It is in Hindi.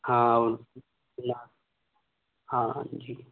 हाँ हाँ